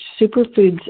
superfoods